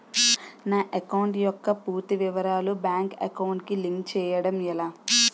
నా అకౌంట్ యెక్క పూర్తి వివరాలు బ్యాంక్ అకౌంట్ కి లింక్ చేయడం ఎలా?